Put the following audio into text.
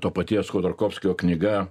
to paties chodorkovskio knyga